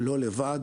לא לבד,